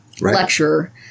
lecturer